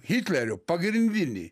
hitlerio pagrindinį